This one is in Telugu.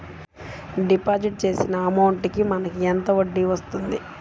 డిపాజిట్ చేసిన అమౌంట్ కి మనకి ఎంత వడ్డీ వస్తుంది?